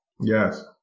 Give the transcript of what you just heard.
Yes